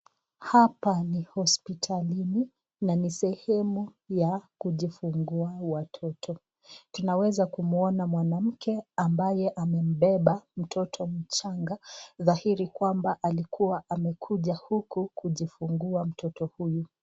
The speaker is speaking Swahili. Hapa ni hospitalini na ni sehemu ya kujifungua watoto tunaweza kumuona mwanamke ambaye amembeba mtoto, mchanga dhahiri kwamba alikuwa amekuja huku kujifungua mtoto huyu.